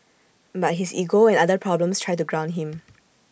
but his ego and other problems try to ground him